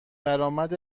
درآمد